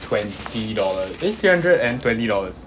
twenty dollars eh three hundred and twenty dollars